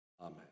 Amen